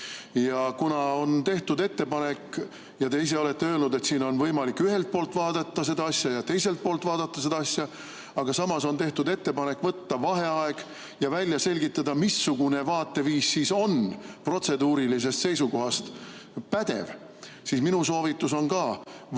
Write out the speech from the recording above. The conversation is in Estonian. vastuse. Te ise olete öelnud, et siin on võimalik ühelt poolt vaadata seda asja ja teiselt poolt vaadata seda asja. On tehtud ettepanek võtta vaheaeg ja välja selgitada, missugune vaateviis on protseduurilisest seisukohast pädev. Ka minu soovitus on võtta